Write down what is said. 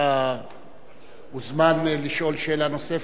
אתה מוזמן לשאול שאלה נוספת.